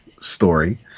story